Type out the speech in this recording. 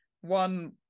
one